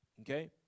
okay